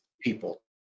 people